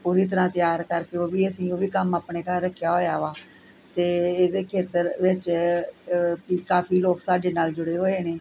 ਪੂਰੀ ਤਰ੍ਹਾਂ ਤਿਆਰ ਕਰਕੇ ਉਹ ਵੀ ਅਸੀਂ ਉਹ ਵੀ ਕੰਮ ਆਪਣੇ ਘਰ ਰੱਖਿਆ ਹੋਇਆ ਵਾ ਅਤੇ ਇਹਦੇ ਖੇਤਰ ਵਿੱਚ ਵੀ ਕਾਫ਼ੀ ਲੋਕ ਸਾਡੇ ਨਾਲ ਜੁੜੇ ਹੋਏ ਨੇ